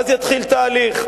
ואז יתחיל תהליך.